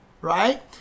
right